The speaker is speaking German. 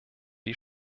die